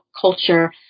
culture